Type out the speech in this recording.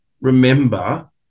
remember